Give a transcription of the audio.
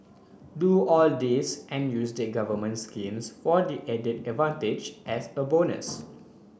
do all this and use the government schemes for the added advantage as a bonus